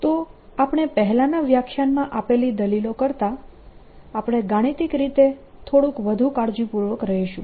તો આપણે પહેલાનાં વ્યાખ્યાનમાં આપેલી દલીલો કરતાં આપણે ગાણિતિક રીતે થોડુંક વધુ કાળજીપૂર્વક રહીશું